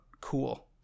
cool